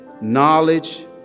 knowledge